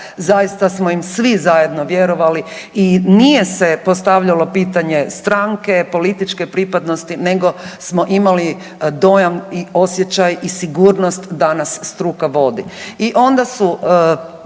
zaista smo im svi zajedno vjerovali i nije se postavljalo pitanje stranke, političke pripadnosti nego smo imali dojam i osjećaj i sigurnost da nas struka vodi.